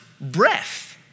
breath